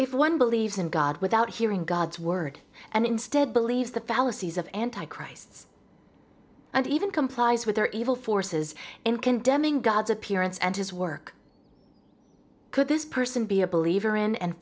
if one believes in god without hearing god's word and instead believe the fallacies of anti christ and even complies with their evil forces in condemning god's appearance and his work could this person be a believer in and